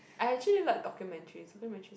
I actually like documentaries documentaries are